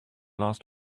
last